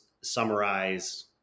summarize